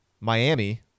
Miami